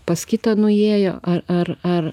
pas kitą nuėjo ar ar ar